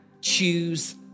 choose